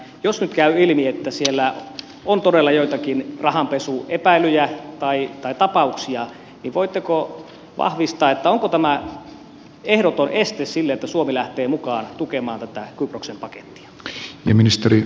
jos nyt käy ilmi että siellä on todella joitakin rahanpesuepäilyjä tai tapauksia niin voitteko vahvistaa onko tämä ehdoton este sille että suomi lähtee mukaan tukemaan tätä kyproksen pakettia